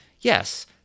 yes